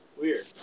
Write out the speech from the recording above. Weird